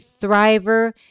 thriver